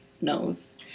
knows